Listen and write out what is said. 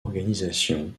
organisation